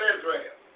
Israel